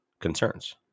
concerns